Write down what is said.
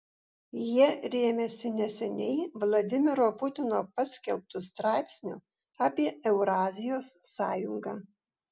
jie rėmėsi neseniai vladimiro putino paskelbtu straipsniu apie eurazijos sąjungą